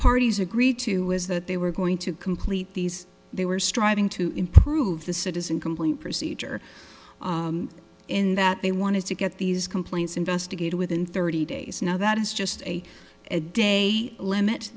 parties agreed to was that they were going to complete these they were striving to improve the citizen complaint procedure in that they wanted to get these complaints investigated within thirty days now that is just a a day limit